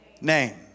name